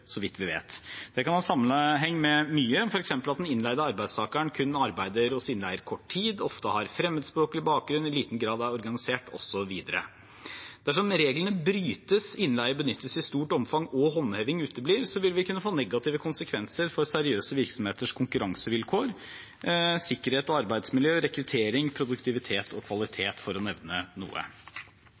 så vidt vi vet. Det kan ha sammenheng med mye, f.eks. at den innleide arbeidstakeren kun arbeider hos innleier kort tid, ofte har fremmedspråklig bakgrunn, i liten grad er organisert, osv. Dersom reglene brytes, innleie benyttes i stort omfang, og håndheving uteblir, vil vi kunne få negative konsekvenser for seriøse virksomheters konkurransevilkår, sikkerhet og arbeidsmiljø, rekruttering, produktivitet og kvalitet, for å nevne noe.